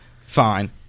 fine